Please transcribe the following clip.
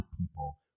people